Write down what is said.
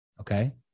Okay